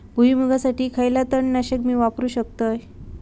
भुईमुगासाठी खयला तण नाशक मी वापरू शकतय?